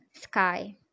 sky